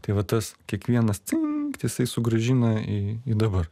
tai vat tas kiekvienas cinkt jisai sugrąžina į į dabar